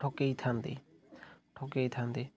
ଠକାଇ ଥାନ୍ତି ଠକାଇ ଥାନ୍ତି